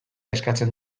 eskatzen